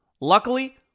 Luckily